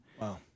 Wow